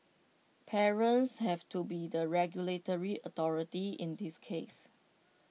parents have to be the regulatory authority in this case